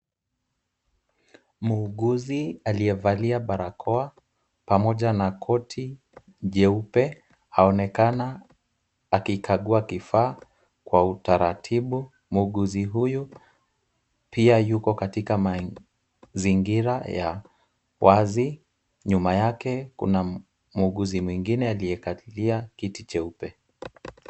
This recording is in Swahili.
Muuguzi aliyevalia barakoa pamoja na koti jeupe aonekana akikagua kifaa kwa utaratibu. Muuguzi huyu pia yuko katika mazingira ya wazi. Nyuma yake kuna muuguzi mwingine akiyekalia kiti cheupe.